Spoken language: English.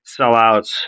sellouts